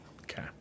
Okay